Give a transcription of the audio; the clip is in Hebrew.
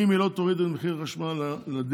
אם היא לא תוריד את מחיר החשמל לדלק,